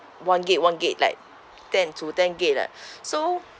one gig one gig like ten to ten gig lah so